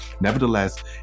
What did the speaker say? Nevertheless